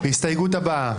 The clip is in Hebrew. ההסתייגות הבאה.